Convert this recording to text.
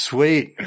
Sweet